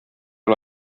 ole